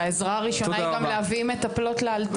והעזרה הראשונה היא להביא מטפלות לאלתר.